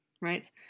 right